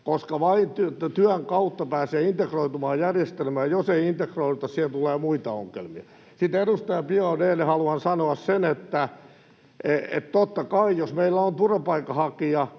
koska vain työn kautta pääsee integroitumaan järjestelmään. Jos ei integroiduta, tulee muita ongelmia. Sitten edustaja Biaudet’lle haluan sanoa sen, että totta kai, jos meillä on turvapaikanhakija,